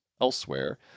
elsewhere